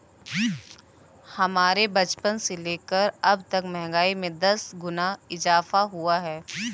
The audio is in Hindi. हमारे बचपन से लेकर अबतक महंगाई में दस गुना इजाफा हुआ है